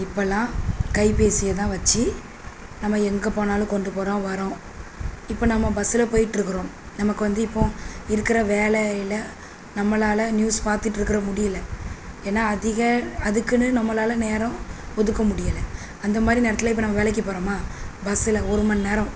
இப்போல்லாம் கைபேசியை தான் வச்சு நம்ம எங்கே போனாலும் கொண்டு போகிறோம் வரோம் இப்போ நம்ம பஸ்ஸுல் போயிட்டுருக்குறோம் நமக்கு வந்து இப்போது இருக்கிற வேலையில் நம்மளால் நியூஸ் பார்த்துட்ருக்குற முடியல ஏன்னால் அதிக அதுக்குன்னு நம்மளால் நேரம் ஒதுக்க முடியலை அந்த மாதிரி நேரத்தில் இப்போ நம்ம வேலைக்கு போகிறோமா பஸ்ஸுல் ஒரு மணி நேரம்